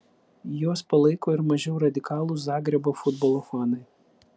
juos palaiko ir mažiau radikalūs zagrebo futbolo fanai